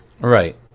Right